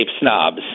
snobs